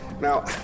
Now